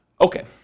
Okay